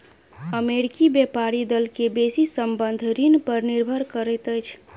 अमेरिकी व्यापारी दल के बेसी संबंद्ध ऋण पर निर्भर करैत अछि